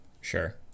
sure